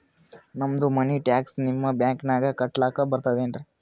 ನಮ್ದು ಮನಿ ಟ್ಯಾಕ್ಸ ನಿಮ್ಮ ಬ್ಯಾಂಕಿನಾಗ ಕಟ್ಲಾಕ ಬರ್ತದೇನ್ರಿ?